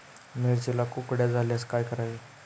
मिरचीला कुकड्या झाल्यास काय करावे?